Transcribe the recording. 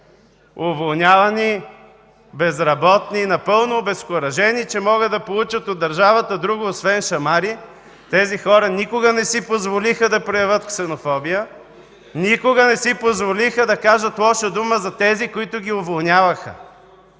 Уволнявани, безработни, напълно обезкуражени, че могат да получат от държавата друго освен шамари, тези хора никога не си позволиха да проявят ксенофобия, никога не си позволиха да кажат лоша дума за тези, които ги уволняваха.